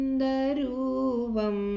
daruvam